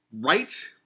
Right